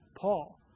Paul